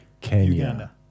Kenya